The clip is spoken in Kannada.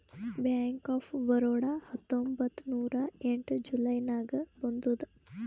ಬ್ಯಾಂಕ್ ಆಫ್ ಬರೋಡಾ ಹತ್ತೊಂಬತ್ತ್ ನೂರಾ ಎಂಟ ಜುಲೈ ನಾಗ್ ಬಂದುದ್